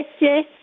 yes